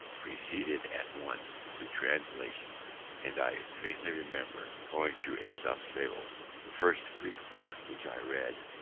proceeded at once to translation and i faintly remember going through aesop's fables, the first greek book which i read.